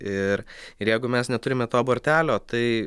ir ir jeigu mes neturime to bortelio tai